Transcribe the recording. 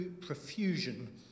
profusion